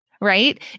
Right